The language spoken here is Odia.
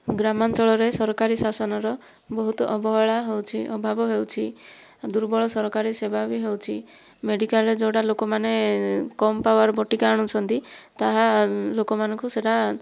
ଗ୍ରାମାଞ୍ଚଳରେ ସରକାରୀ ଶାସନର ବହୁତ ଅବହେଳା ହେଉଛି ଅଭାବ ହେଉଛି ଦୁର୍ବଳ ସରକାରୀ ସେବା ବି ହେଉଛି ମେଡିକାଲରେ ଯେଉଁଟା ଲୋକମାନେ କମ୍ ପାୱାର ବଟିକା ଆଣୁଛନ୍ତି ତାହା ଲୋକମାନଙ୍କୁ ସେଇଟା